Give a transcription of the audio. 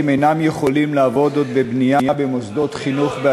אינם יכולים לעבוד עוד בבנייה במוסדות חינוך.